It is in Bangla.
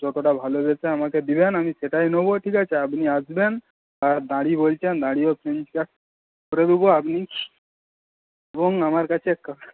যতটা ভালোবেসে আমাকে দেবেন আমি সেটাই নেবো ঠিক আছে আপনি আসবেন আর দাড়ি বলছেন দাড়িও ফ্রেঞ্চ কাট করে দেবো আপনি এবং আমার কাছে কা